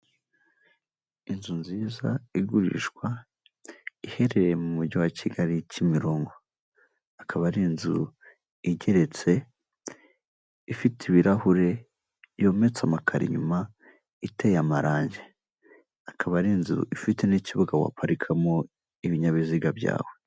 Inzu nziza igurishwa iherereye mu mujyi wa Kigali Kimironko akaba ari inzu igeretse ifite ibirahure yometse amakaro inyuma iteye amarange akaba ari inzu ifite n'ikibuga waparikamo ibinyabiziga byawe.